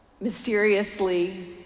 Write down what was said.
Mysteriously